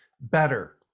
better